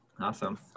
Awesome